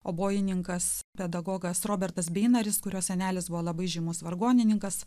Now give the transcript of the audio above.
obojininkas pedagogas robertas beinaris kurio senelis buvo labai žymus vargonininkas